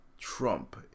Trump